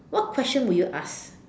what question would you ask